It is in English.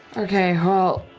okay, well